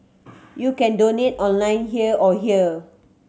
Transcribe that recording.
you can donate online here or here